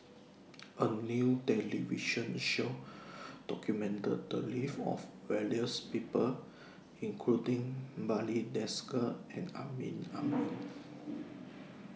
A New television Show documented The Lives of various People including Barry Desker and Amrin Amin